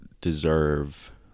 deserve